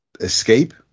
escape